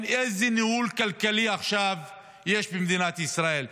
איזה ניהול כלכלי יש עכשיו במדינת ישראל.